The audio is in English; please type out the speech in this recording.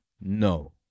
no